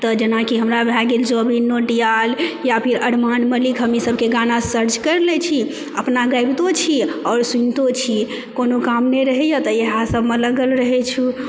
तऽ जेनाकि हमरा भए गेल जुबिन नौटियाल या फिर अरमान मलिक हम ई सबके गाना सर्च करि लए छी अपना गाबितो छी आ सुनितो छी कोनो काम नहि रहैए तऽ इएह सबमे लागल रहए छी